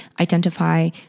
identify